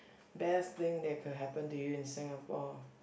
best thing that could happen to you in Singapore